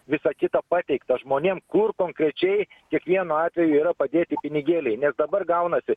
visa kita pateikta žmonėm kur konkrečiai kiekvienu atveju yra padėti pinigėliai nes dabar gaunasi